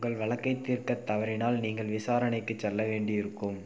உங்கள் வழக்கைத் தீர்க்கத் தவறினால் நீங்கள் விசாரணைக்குச் செல்ல வேண்டி இருக்கும்